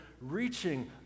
reaching